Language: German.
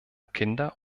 kinder